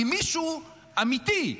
מישהו אמיתי,